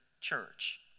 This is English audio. church